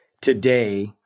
today